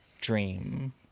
dream